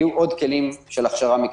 יהיו עוד כלים של הכשרה מקצועית.